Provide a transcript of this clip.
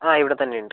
ആ ഇവിടെത്തന്നെ ഉണ്ട്